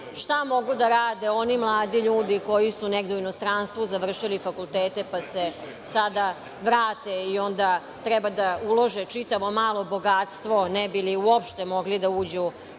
šta mogu da rade oni mladi ljudi koji su negde u inostranstvu završili fakultete, pa se sada vrate, i onda treba da ulože čitavo malo bogatstvo ne bi li uopšte mogli da uđu